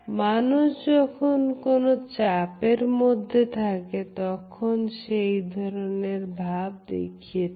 মানুষ যখন কোন চাপের মধ্যে থাকে তখন সে এই ধরনের ভাব দেখিয়ে থাকে